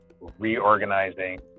reorganizing